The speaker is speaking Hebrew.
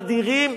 אדירים,